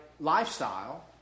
lifestyle